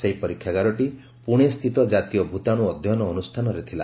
ସେହି ପରୀକ୍ଷାଗାରଟି ପୁଣେସ୍ଥିତ କାତୀୟ ଭୂତାଣୁ ଅଧ୍ୟୟନ ଅନୁଷାନରେ ଥିଲା